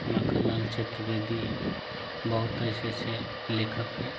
माखनलाल चतुर्वेदी बहुत ऐसे ऐसे लेखक हैं